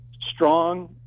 strong